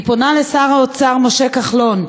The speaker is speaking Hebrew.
אני פונה לשר האוצר משה כחלון: